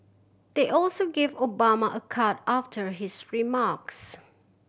they also gave Obama a card after his remarks